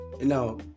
now